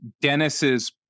Dennis's